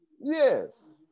yes